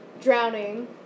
drowning